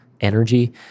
energy